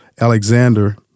Alexander